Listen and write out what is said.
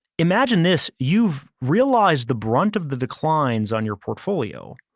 imagine this. you've realized the brunt of the declines on your portfolio,